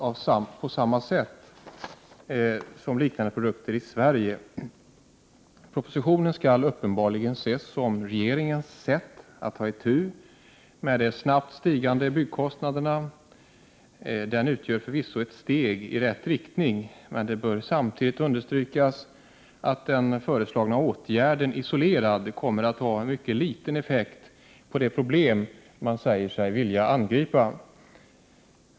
pv : 8 POM pe » Godtagande av bygg regeringens sätt att ta itu med de snabbt stigande byggkostnaderna. Den duk d utgör förvisso ett steg i rätt riktning, men det bör samtidigt understrykas att z pA K rom SS Ja den föreslagna åtgärden isolerad kommer att ha mycket liten effekt på det RAR S n problem man säger sig vilja angripa.